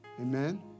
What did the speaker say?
Amen